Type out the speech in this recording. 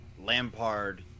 Lampard